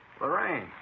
Lorraine